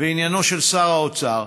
ועניינו של שר האוצר,